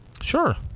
Sure